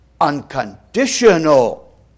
unconditional